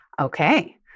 Okay